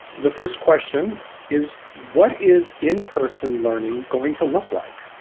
the first question is what is in-person learning going to look like?